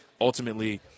ultimately